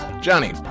Johnny